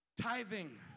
Tithing